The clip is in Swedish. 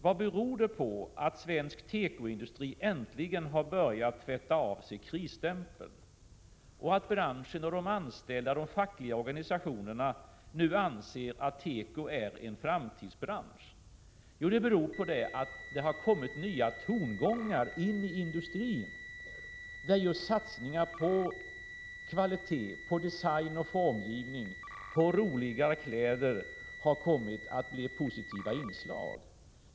Vad beror det på att svensk tekoindustri äntligen har börjat tvätta av sig krisstämpeln och att branschen, de anställda och de fackliga organisationerna nu anser att teko är en framtidsbransch? Det beror på att det har kommit in nya tongångar i industrin, där just satsningar på kvalitet, design och formgivning, på roligare kläder, har kommit att bli positiva inslag.